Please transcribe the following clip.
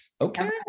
Okay